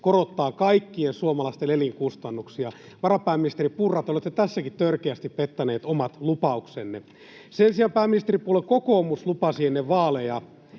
korottaa kaikkien suomalaisten elinkustannuksia. Varapääministeri Purra, te olette tässäkin törkeästi pettäneet omat lupauksenne. Sen sijaan pääministeripuolue kokoomus lupasi ennen vaaleja